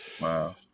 Wow